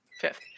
Fifth